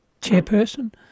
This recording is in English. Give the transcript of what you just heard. chairperson